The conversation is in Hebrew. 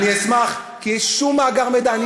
אני אשמח, כי, שום מאגר מידע.